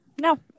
no